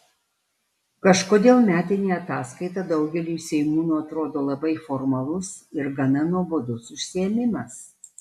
kažkodėl metinė ataskaita daugeliui seimūnų atrodo labai formalus ir gana nuobodus užsiėmimas